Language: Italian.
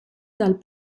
dal